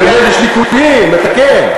אני אומר, יש ליקויים, נתקן.